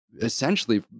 essentially